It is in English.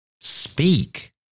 Speak